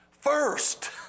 first